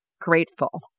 grateful